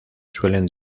suelen